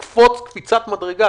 אני לא יודע להתמודד עם ההתנהלות הזאת,